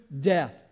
death